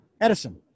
Edison